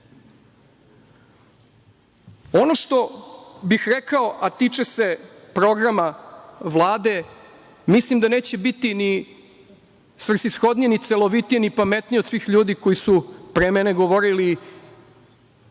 što bih rekao, a tiče se programa Vlade, mislim da neće biti ni svrsishodnije, ni celovitije, ni pametnije od svih ljudi koji su pre mene govorili,